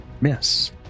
miss